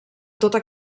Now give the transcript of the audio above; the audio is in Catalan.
tota